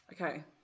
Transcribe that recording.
okay